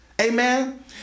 Amen